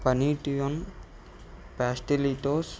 పనీటియోన్ ప్యాస్టిలిటోస్